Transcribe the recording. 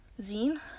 zine